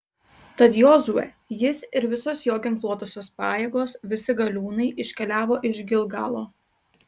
tad jozuė jis ir visos jo ginkluotosios pajėgos visi galiūnai iškeliavo iš gilgalo